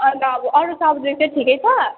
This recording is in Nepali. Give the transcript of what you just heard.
अन्त अब अरू सब्जेक्ट चाहिँ ठिकै छ